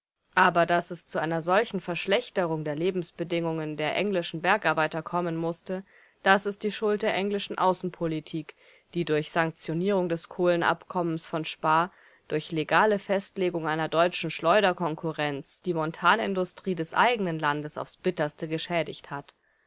aber daß es zu einer solchen verschlechterung der lebensbedingungen der englischen bergarbeiter kommen mußte das ist die schuld der englischen außenpolitik die durch sanktionierung des kohlenabkommens von spaa durch legale festlegung einer deutschen schleuderkonkurrenz die montanindustrie des eigenen landes aufs bitterste geschädigt hat